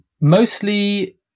mostly